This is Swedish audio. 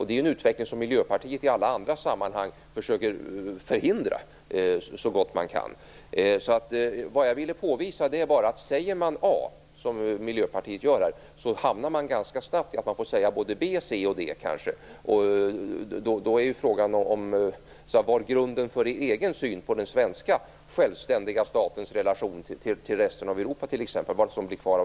Det är en utveckling som Miljöpartiet i alla andra sammanhang försöker förhindra så gott man kan. Det jag ville påvisa var bara att säger man A, som Miljöpartiet gör, hamnar man ganska snabbt i en situation där man får säga B, C och D. Då är frågan vad som blir kvar av grunden för er egen syn på den svenska självständiga statens relation till resten av Europa.